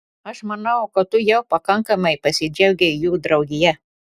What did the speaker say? aš manau kad tu jau pakankamai pasidžiaugei jų draugija